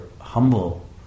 humble